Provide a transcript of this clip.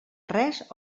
res